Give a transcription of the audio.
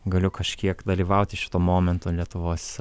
galiu kažkiek dalyvauti šito momento lietuvos